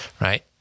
right